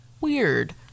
Weird